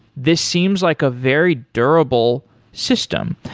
this seems like a very durable system.